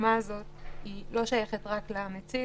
בדוגמה הזאת לא שייכת רק למציל,